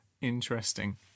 Interesting